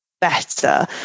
better